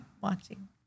watching